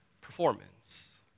performance